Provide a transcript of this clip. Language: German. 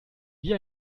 wie